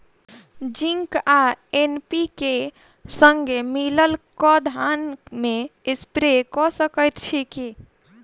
Zinc आ NPK, संगे मिलल कऽ धान मे स्प्रे कऽ सकैत छी की?